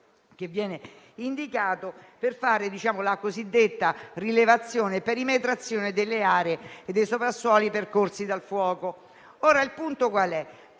come necessario per fare la cosiddetta rilevazione e perimetrazione delle aree e dei soprassuoli percorsi dal fuoco. Il punto è